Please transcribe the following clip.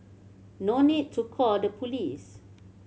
no need to call the police